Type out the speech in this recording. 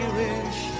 Irish